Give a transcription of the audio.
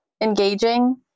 engaging